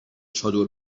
چادر